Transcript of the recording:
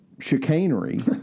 chicanery